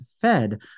fed